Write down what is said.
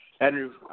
Andrew